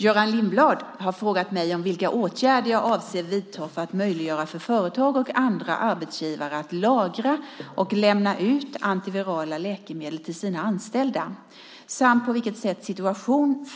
Göran Lindblad har frågat mig vilka åtgärder jag avser att vidta för att möjliggöra för företag och andra arbetsgivare att lagra och lämna ut antivirala läkemedel till sina anställda samt på vilket sätt